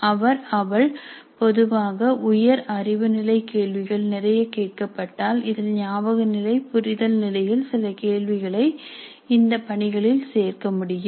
அவர் அவள் பொதுவாக உயர் அறிவு நிலை கேள்விகளை நிறைய கேட்கப்பட்டால் இதில் ஞாபக நிலை புரிதல் நிலையில் சில கேள்விகளை இந்த பணிகளில் சேர்க்க முடியும்